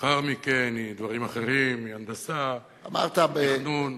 לאחר מכן היא דברים אחרים, היא הנדסה, תכנון.